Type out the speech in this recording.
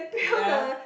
ya